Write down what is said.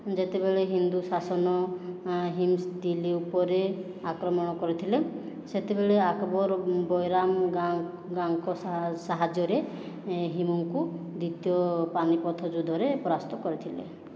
ଯେତେବେଳେ ହିନ୍ଦୁ ଶାସନ ଦିଲ୍ଲୀ ଉପରେ ଆକ୍ରମଣ କରିଥିଲେ ସେତେବେଳେ ଆକବର ବୈରାମ ଗାଁ ଗାଁଙ୍କ ସାହାଯ୍ୟରେ ହିମଙ୍କୁ ଦ୍ୱିତୀୟ ପାନିପଥ ଯୁଦ୍ଧରେ ପରାସ୍ତ କରିଥିଲେ